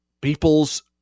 People's